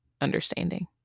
understanding